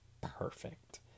Perfect